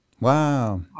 Wow